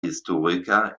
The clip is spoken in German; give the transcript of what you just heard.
historiker